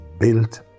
built